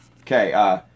okay